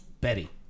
Betty